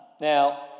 Now